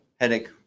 headache